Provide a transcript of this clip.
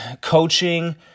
coaching –